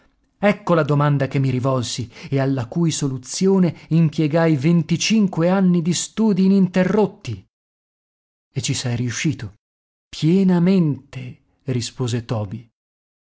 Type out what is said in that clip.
ecco la domanda che mi rivolsi e alla cui soluzione impiegai venticinque anni di studi ininterrotti e ci sei riuscito pienamente rispose toby